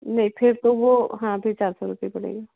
नहीं फिर तो वह हाँ फिर चार सौ रुपये पड़ेंगे